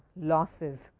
losses.